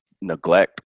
neglect